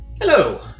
Hello